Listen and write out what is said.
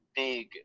big